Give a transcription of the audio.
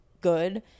good